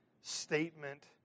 statement